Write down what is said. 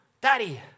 daddy